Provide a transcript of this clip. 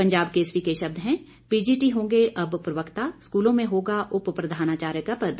पंजाब केसरी के शब्द हैं पीजीटी होंगे अब प्रवक्ता स्कूलों में होगा उप प्रधानाचार्य का पद